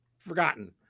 forgotten